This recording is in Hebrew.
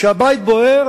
כשהבית בוער,